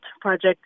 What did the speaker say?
project